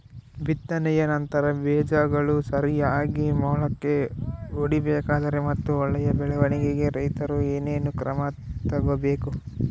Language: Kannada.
ಬಿತ್ತನೆಯ ನಂತರ ಬೇಜಗಳು ಸರಿಯಾಗಿ ಮೊಳಕೆ ಒಡಿಬೇಕಾದರೆ ಮತ್ತು ಒಳ್ಳೆಯ ಬೆಳವಣಿಗೆಗೆ ರೈತರು ಏನೇನು ಕ್ರಮ ತಗೋಬೇಕು?